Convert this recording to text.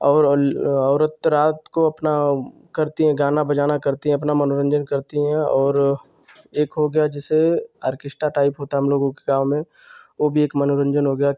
और अल औरत रात को अपना करती हैं गाना बजाना करती हैं अपना मनोरंजन करती हैं और एक हो गया जैसे ऑर्केस्ट्रा टाइप होता है हमलोगों के गाँव में वह भी एक मनोरंजन हो गया